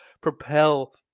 propel